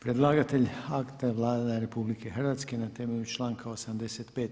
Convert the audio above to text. Predlagatelj akta je Vlada RH na temelju članka 85.